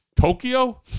Tokyo